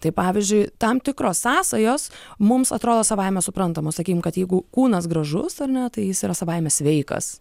tai pavyzdžiui tam tikros sąsajos mums atrodo savaime suprantama sakykim kad jeigu kūnas gražus ar ne tai jis yra savaime sveikas